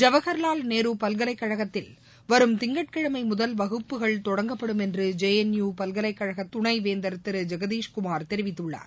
ஜவஹர் வால் நேருபல்கலைக்கழகத்தில் வரும் திங்கட்கிழமைமுதல் வகுப்புகள் தொடங்கப்படும் என்றுஜேஎன்யூ பல்கலைக்கழகதுணைவேந்தர் திருஜெகதீஷ்குமார் தெரிவித்துள்ளார்